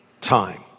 time